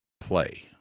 play